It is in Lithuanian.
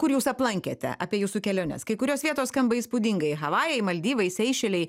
kur jūs aplankėte apie jūsų keliones kai kurios vietos skamba įspūdingai havajai maldyvai seišeliai